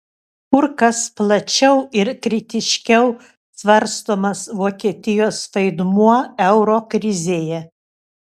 kur kas plačiau ir kritiškiau svarstomas vokietijos vaidmuo euro krizėje